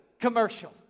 commercial